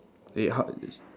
eh how